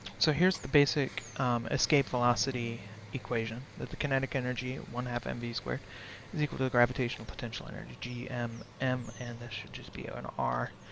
so here's the basic escape velocity equation, that the kinetic energy at one half m v squared is equal to the gravitational potential energy g m m and this should just be ah an r,